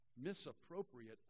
misappropriate